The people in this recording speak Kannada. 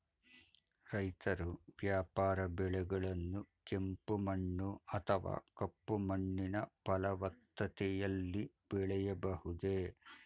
ರೈತರು ವ್ಯಾಪಾರ ಬೆಳೆಗಳನ್ನು ಕೆಂಪು ಮಣ್ಣು ಅಥವಾ ಕಪ್ಪು ಮಣ್ಣಿನ ಫಲವತ್ತತೆಯಲ್ಲಿ ಬೆಳೆಯಬಹುದೇ?